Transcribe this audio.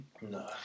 No